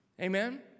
Amen